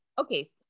okay